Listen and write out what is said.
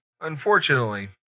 Unfortunately